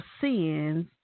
Sins